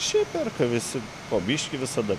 šiaip perka visi po biškį visada